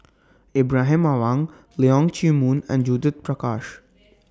Ibrahim Awang Leong Chee Mun and Judith Prakash